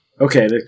Okay